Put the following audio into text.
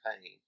pain